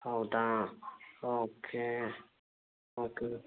ಹೌದಾ okay okay